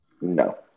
No